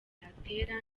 yatera